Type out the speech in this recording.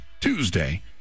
Tuesday